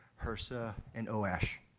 hrsa and oash.